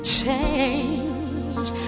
change